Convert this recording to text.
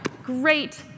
Great